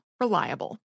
Reliable